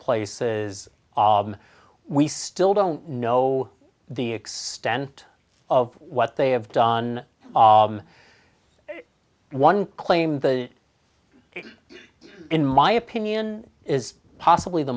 places we still don't know the extent of what they have done one claim the in my opinion is possibly the